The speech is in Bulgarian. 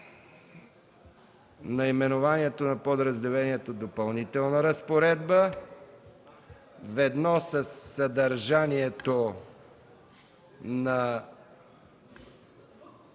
наименованието на подразделението „Допълнителна разпоредба” ведно със съдържанието на